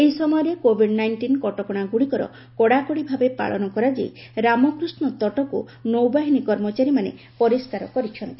ଏହି ସମୟରେ covid nineteen କଟକଣାଗୁଡ଼ିକର କଡ଼ାକଡ଼ି ଭାବେ ପାଳନ କରାଯାଇ ରାମକୃଷ୍ଣ ତଟକୁ ନୌବାହିନୀ କର୍ମଚାରୀମାନେ ପରିଷ୍କାର କରିଛନ୍ତି